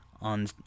On